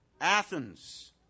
Athens